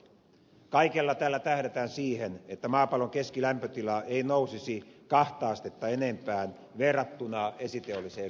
kaikella tällä tähdätään siihen että maapallon keskilämpötila ei nousisi kahta astetta enempää verrattuna esiteolliseen kauteen